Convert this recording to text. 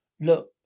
look